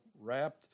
wrapped